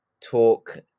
talk